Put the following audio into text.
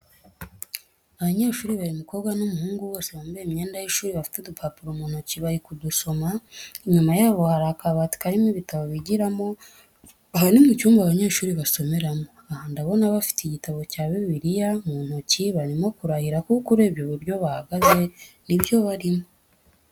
Abanyeshuri babiri umukobwa n'umuhungu, bose bambaye imyenda y'ishuri bafite udupapuro mu ntoki barimo kudusoma, inyuma yabo hari akabati karimo ibitabo bigiramo, aha ni mu cyumba abanyeshuri basomeramo. Aha ndabona bafite igitabo cya bibiriya mu ntoki, barimo kurahira kuko urebye ubu buryo bahagaze ni byo barimo.